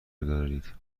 بگذارید